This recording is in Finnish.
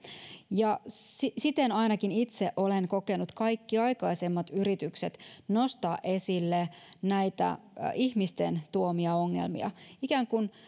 ja siten siten ainakin itse olen kokenut kaikki aikaisemmat yritykset nostaa esille näitä ihmisten tuomia ongelmia